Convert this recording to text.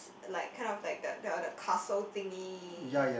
like like kind of like the the castle thingy